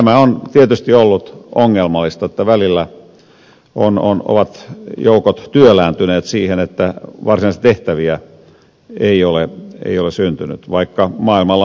tämä on tietysti ollut ongelmallista että välillä ovat joukot työlääntyneet siihen että varsinaisia tehtäviä ei ole syntynyt vaikka maailmalla on ollut tarpeita